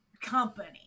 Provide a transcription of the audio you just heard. company